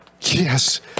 yes